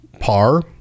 par